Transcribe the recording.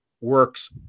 works